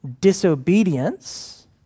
disobedience